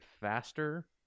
faster